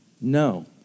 No